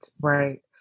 right